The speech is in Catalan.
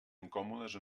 incòmodes